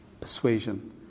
persuasion